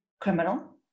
criminal